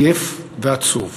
עייף ועצוב,